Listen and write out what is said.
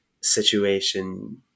situation